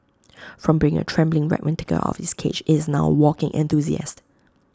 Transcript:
from being A trembling wreck when taken out of its cage IT is now A walking enthusiast